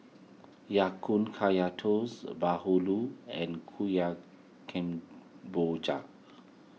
Ya Kun Kaya Toast Bahulu and Kemboja